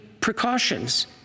precautions